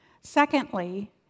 Secondly